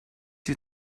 you